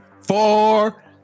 four